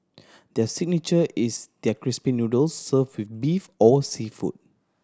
their signature is their crispy noodles served with beef or seafood